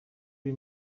uri